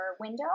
window